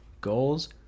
goals